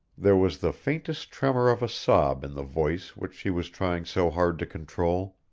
there was the faintest tremor of a sob in the voice which she was trying so hard to control.